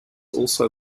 also